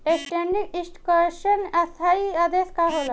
Standing instruction स्थाई आदेश का होला?